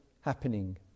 happening